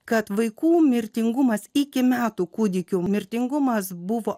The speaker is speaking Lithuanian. kad vaikų mirtingumas iki metų kūdikių mirtingumas buvo